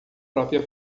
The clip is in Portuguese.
própria